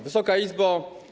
Wysoka Izbo!